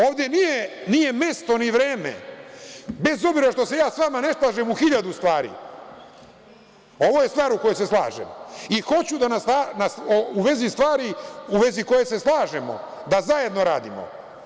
Ovde nije ni mesto ni vreme, bez obzira što se ja sa vama ne slažem u hiljadu stvari, ovo je stvar o kojoj se slažem, i hoću u vezi stvari u kojoj se slažemo da zajedno radimo.